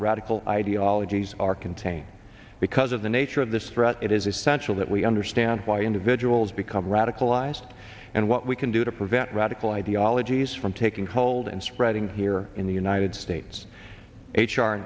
radical ideologies are contained because of the nature of this threat it is essential that we understand why individuals become radicalized and what we can do to prevent radical ideologies from taking hold and spreading here in the united states h